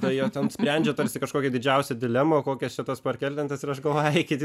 nu jo ten sprendžia tarsi kažkokią didžiausią dilemą kokias čia tas parketlentes ir aš galvoju eikit